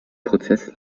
prozess